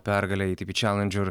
pergale atp challenger